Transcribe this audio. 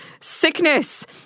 sickness